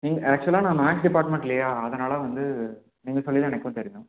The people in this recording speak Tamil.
நீங்க ஆக்சுவலாக நான் மேக்ஸ் டிபார்ட்மெண்ட் இல்லையா அதனால் வந்து நீங்கள் சொல்லி தான் எனக்கும் தெரியும்